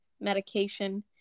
medication